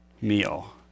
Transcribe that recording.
meal